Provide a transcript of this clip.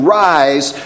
rise